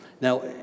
Now